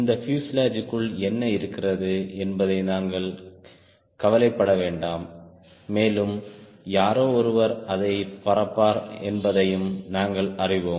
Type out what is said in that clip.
இந்த பியூசேலாஜ் க்குள் என்ன இருக்கிறது என்பதையும் நாங்கள் கவலைப்பட வேண்டும் மேலும் யாரோ ஒருவர் அதைப் பறப்பார் என்பதையும் நாங்கள் அறிவோம்